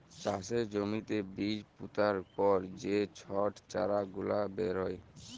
চাষের জ্যমিতে বীজ পুতার পর যে ছট চারা গুলা বেরয়